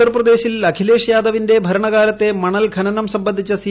ഉത്തർപ്രദേശിൽ അഖിലേഷ് യാദവിന്റെ ഭരണകാലത്തെ മണൽഖനനം സംബന്ധിച്ച സി